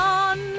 on